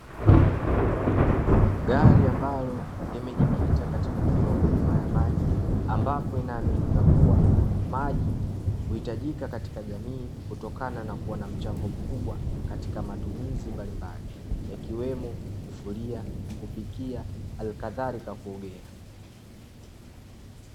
Gari ambalo limejikita katika kutoa huduma ya maji, ambapo inaaminika kuwa, maji huitajika katika jamii kutokana na kuwa na mchango mkubwa katika matumizi mbalimbali; yakiwemo kufulia, kupikia, hali kadhalika kuogea.